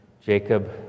Jacob